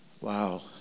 Wow